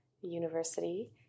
University